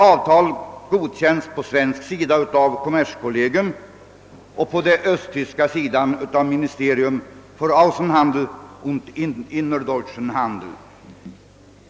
Avtal godkänns på svensk sida av kommerskollegium och på östtysk sida av Ministerium fär Aussenhandel und Innerdeutschen Handel.